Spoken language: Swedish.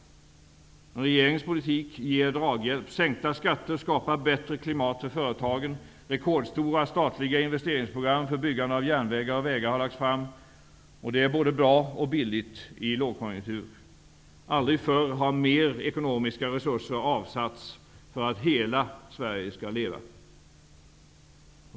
Regeringens politik ger draghjälp. Sänkta skatter skapar bättre klimat för företagen. Rekordstora statliga investeringsprogram för byggande av järnvägar och vägar har lagts fram. Det är både bra och billigt i långkonjunktur. Aldrig förr har mer ekonomiska resurser avsatts för att Hela Sverige ska leva.